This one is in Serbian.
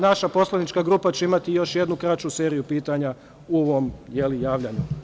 Naša poslanička grupa će imati još jednu kraću seriju pitanja u ovom javljanju.